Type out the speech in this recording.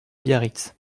biarritz